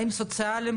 השירות.